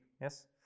yes